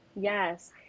Yes